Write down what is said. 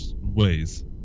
ways